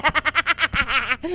i